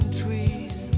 trees